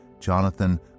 Jonathan